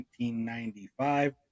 1995